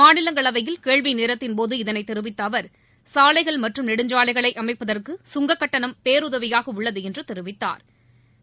மாநிலங்களவையில் கேள்வி நேரத்தின்போது இதனைத் தெரிவித்த அவர் சாலைகள் மற்றும் நெடுஞ்சாலைகளை அமைப்பதற்கு சுங்கக் கட்டணம் பேருதவியாக உள்ளது என்று தெரிவித்தாா்